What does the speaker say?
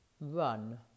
run